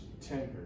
tender